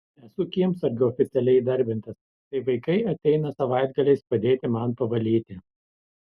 esu kiemsargiu oficialiai įdarbintas tai vaikai ateina savaitgaliais padėti man pavalyti